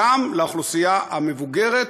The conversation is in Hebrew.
גם לאוכלוסייה המבוגרת.